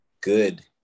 good